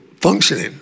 functioning